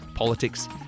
Politics